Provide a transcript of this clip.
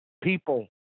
people